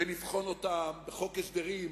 ונבחן אותם בחוק הסדרים.